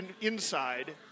inside